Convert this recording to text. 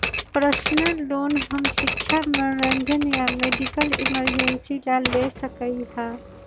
personal loan हम शिक्षा मनोरंजन या मेडिकल इमरजेंसी ला ले सका ही